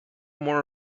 more